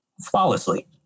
flawlessly